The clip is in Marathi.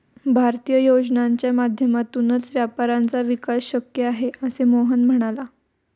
भारतीय योजनांच्या माध्यमातूनच व्यापाऱ्यांचा विकास शक्य आहे, असे मोहन म्हणाला